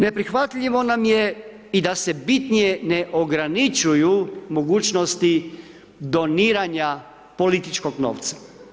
Neprihvatljivo nam je i da se bitnije ne ograničuju mogućnosti doniranja političkog novca.